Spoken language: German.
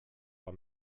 war